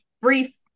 brief